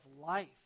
life